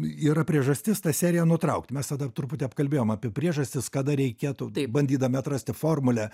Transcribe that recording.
yra priežastis tą seriją nutraukt mes tada truputį apkalbėjom apie priežastis kada reikėtų bandydami atrasti formulę